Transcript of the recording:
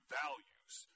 values